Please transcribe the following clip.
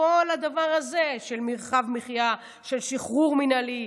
כל הדבר הזה של מרחב מחיה, של שחרור מינהלי,